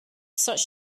such